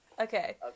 okay